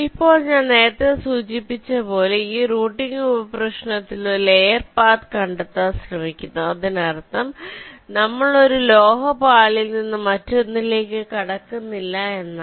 ഇപ്പോൾ ഞാൻ നേരത്തെ സൂചിപ്പിച്ചതുപോലെ ഈ റൂട്ടിംഗ് ഉപപ്രശ്നത്തിൽ ഒരു ലെയർ പാത്ത് കണ്ടെത്താൻ ശ്രമിക്കുന്നു അതിനർത്ഥം നമ്മൾ ഒരു ലോഹ പാളിയിൽ നിന്ന് മറ്റൊന്നിലേക്ക് കടക്കുന്നില്ല എന്നാണ്